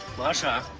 masha,